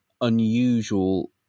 unusual